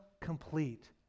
complete